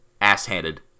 ass-handed